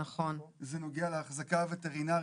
זה נוגע להחזקה וטרינרית,